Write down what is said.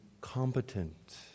competent